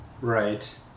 Right